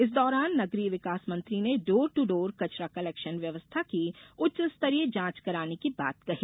इस दौरान नगरीय विकास मंत्री ने डोर दू डोर कचरा कलेक्शन व्यवस्था की उच्च स्तरीय जांच कराने की बात कही